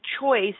choice